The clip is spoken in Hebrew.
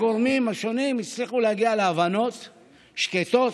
הגורמים השונים הצליחו להגיע להבנות שקטות,